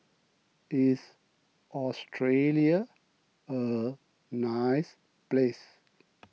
is Australia a nice place